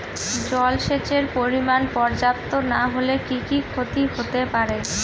জলসেচের পরিমাণ পর্যাপ্ত না হলে কি কি ক্ষতি হতে পারে?